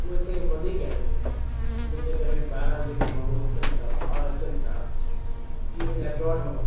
उहे हिते वधीक आहिनि इन जे करे ॿाहिरां जेके माण्हू अचनि था ॿार अचनि था इवन एब्रॉड मां